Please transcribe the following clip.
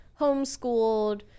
homeschooled